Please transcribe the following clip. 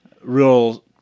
real